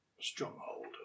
Stronghold